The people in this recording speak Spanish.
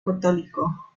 católico